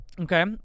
okay